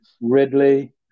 Ridley